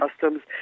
customs